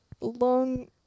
Long